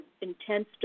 intense